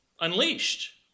unleashed